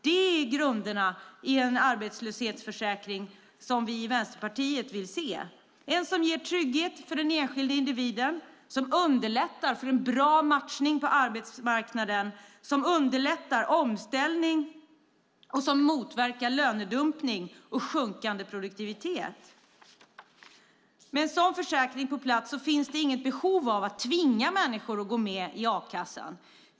Det är grunderna i den arbetslöshetsförsäkring som vi i Vänsterpartiet vill se, en försäkring som ger trygghet för den enskilde individen, som underlättar en bra matchning på arbetsmarknaden, som underlättar omställning samt motverkar lönedumpning och sjunkande produktivitet. Med en sådan försäkring på plats finns det inget behov av att tvinga människor att gå med i a-kassan.